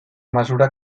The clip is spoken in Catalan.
mesura